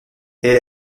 elle